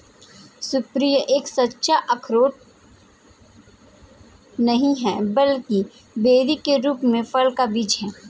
सुपारी एक सच्चा अखरोट नहीं है, बल्कि बेरी के रूप में फल का बीज है